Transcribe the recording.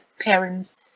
parents